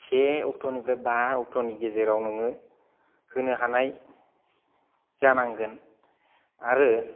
से अक्टनिफ्राय बा अक्टनि गेजेराव नोङो होनो हानाय जानांगोन आरो